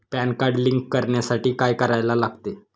Pan card link करण्यासाठी काय करायला लागते?